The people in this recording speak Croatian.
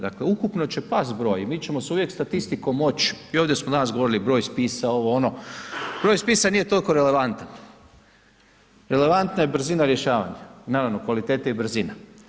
Dakle ukupno će past broj, mi ćemo se uvijek statistikom moć i ovdje smo danas govorili, broj spisa, ovo, ono, broj spisa nije toliko relevantan, relevantna je brzina rješavanja i naravno kvalitete i brzine.